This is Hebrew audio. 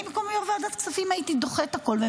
אני במקום יו"ר ועדת הכספים הייתי דוחה את הכול,